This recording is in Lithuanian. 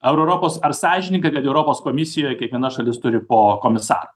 ar europos ar sąžininga kad europos komisijoj kiekviena šalis turi po komisarą